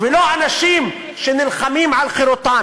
ולא אנשים שנלחמים על חירותם.